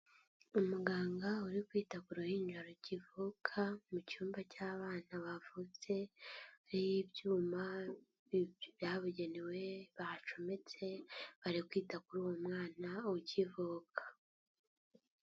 Umuganga uri kwita ku ruhinyu rukivuka mu cyumba cy'abana bavutse, ari mu byuma byabugenewe bacometse, bari kwita kuri uwo mwana ukivuka.